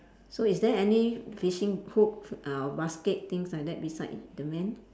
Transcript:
so is there any fishing hook uh basket things like that beside the man